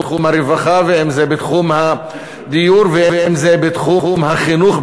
הרווחה ואם בתחום הדיור ואם בתחום החינוך,